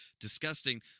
disgusting